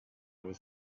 was